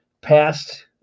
past